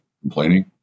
complaining